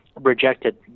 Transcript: rejected